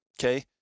Okay